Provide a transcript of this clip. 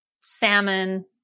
salmon